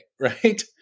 right